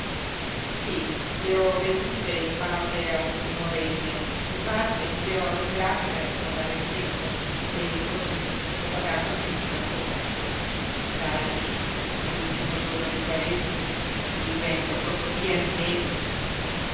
sí le ho vendute in parte a un nuorese in parte le ho adoperate per accomodare il tetto e cosí ho pagato anche il muratore sai che l'ultimo giorno di quaresima il vento portò via le tegole